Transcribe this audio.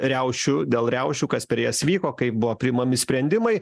riaušių dėl riaušių kas per jas vyko kaip buvo priimami sprendimai